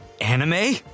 Anime